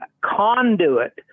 conduit